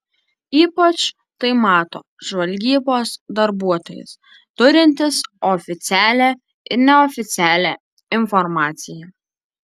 ypač tai mato žvalgybos darbuotojas turintis oficialią ir neoficialią informaciją